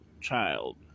child